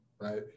right